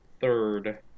third